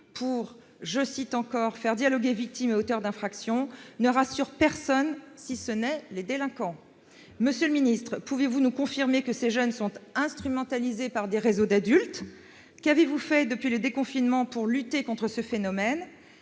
pour « faire dialoguer victimes et auteurs d'infractions », ne rassure personne, sinon les délinquants. Monsieur le ministre, pouvez-vous nous confirmer que ces jeunes sont instrumentalisés par des réseaux d'adultes ? Qu'a fait le Gouvernement, depuis le déconfinement, pour lutter contre ce phénomène ?